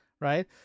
right